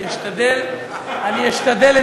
תיקח את הצעת החוק ותראה שם.